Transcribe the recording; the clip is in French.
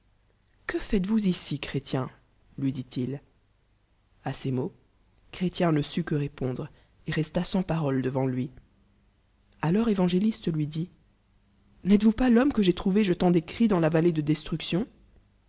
que faites-vous ici chrétien lui dit-il a ces mols chj'érien ne sut que répondre et lesta sans paroie devant lui alors évangéliste lui dit n tes vouç pas l'homme que j'ai trouvé jetant des cris dans la vallée de destruction